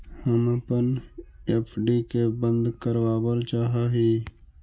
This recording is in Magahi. हम अपन एफ.डी के बंद करावल चाह ही